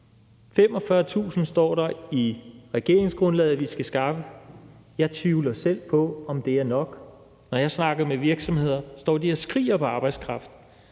45.000 står der i regeringsgrundlaget at vi skal skaffe. Jeg tvivler selv på, om det er nok. Når jeg snakker med virksomheder, står de og skriger på arbejdskraft.